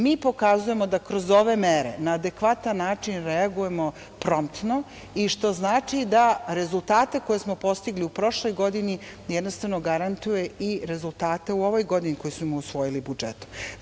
Mi pokazujemo da kroz ove mere na adekvatan način reagujem prontno i što znači da rezultate koje smo postigli u prošloj godini, jednostavno garantuje i rezultate u ovoj godini koje smo usvojili budžetom.